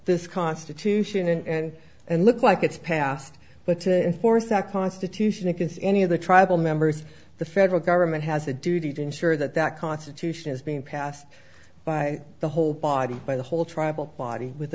this constitution and and look like it's passed but to inforce our constitution you can see any of the tribal members the federal government has a duty to ensure that that constitution is being passed by the whole body by the whole tribal body with